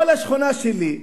בוא לשכונה שלי.